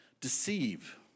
Deceive